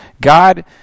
God